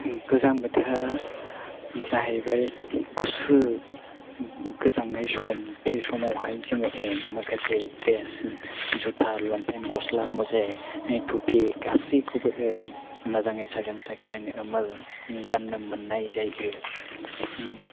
गोजां बोथोरा जाहैबाय गुसु गोजांनाय सम बे समावहाय जोङो माखासे द्रेस जुटा लंपेन्ट गस्ला मुजा थ'फि गासैखौबो मोजाङै साखोन सिखोनै मोजां गाननो मोननाय जायो